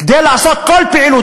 כדי לעשות כל פעילות,